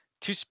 two